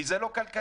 כי זה לא כלכלי.